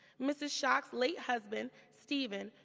mrs. shock's late husband, stephen,